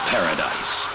Paradise